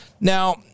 now